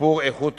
ושיפור איכות